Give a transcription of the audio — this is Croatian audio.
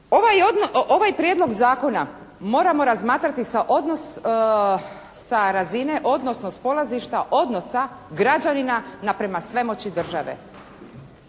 Ovaj prijedlog zakona moramo razmatrati sa razine, odnosno s polazišta odnosa građanina naprama svemoći države.